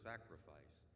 Sacrifice